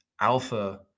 alpha